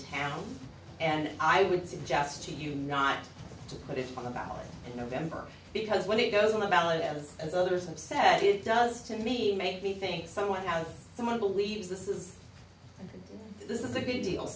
town and i would suggest to you not to put it on the ballot in november because when it goes on the ballot as others have said it does to me make me think someone out someone believes this is this is a good deal